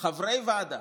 חברי ועדה